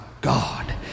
God